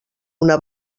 una